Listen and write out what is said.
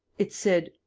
it said,